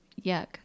yuck